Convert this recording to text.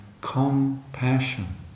compassion